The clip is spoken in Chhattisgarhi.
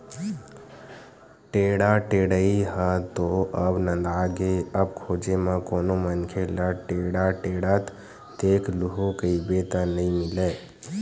टेंड़ा टेड़ई ह तो अब नंदागे अब खोजे म कोनो मनखे ल टेंड़ा टेंड़त देख लूहूँ कहिबे त नइ मिलय